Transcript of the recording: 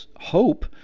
hope